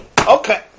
Okay